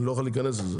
אני לא יכול להיכנס לזה.